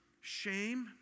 shame